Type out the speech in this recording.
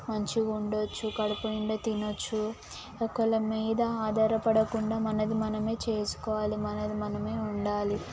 మంచిగా ఉండొచ్చు కడుపు నిండా తినవచ్చు ఒకరి మీద ఆధారపడకుండా మనది మనమే చేసుకోవాలి మనది మనమే ఉండాలి